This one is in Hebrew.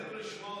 מוותר.